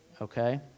Okay